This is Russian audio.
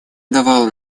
давал